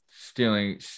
stealing